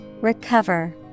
Recover